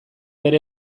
bere